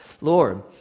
Lord